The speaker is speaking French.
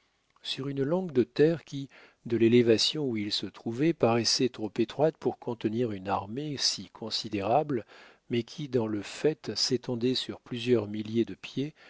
sur une langue de terre qui de l'élévation où il se trouvait paraissait trop étroite pour contenir une armée si considérable mais qui dans le fait s'étendait sur plusieurs milliers de pieds